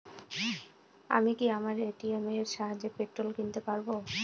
আমি কি আমার এ.টি.এম এর সাহায্যে পেট্রোল কিনতে পারব?